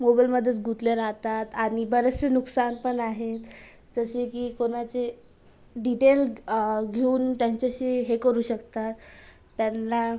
मोबाईलमधेच गुंतले राहतात आणि बरेचसे नुकसान पण आहे जसे की कोणाचे डिटेल घेऊन त्यांच्याशी हे करू शकतात त्यांना